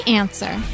answer